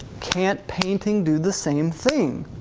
can't painting do the same thing?